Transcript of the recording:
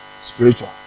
spiritual